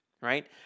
right